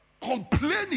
complaining